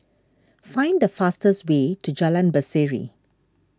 find the fastest way to Jalan Berseri